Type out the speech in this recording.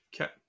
Okay